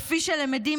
כפי שלמדים,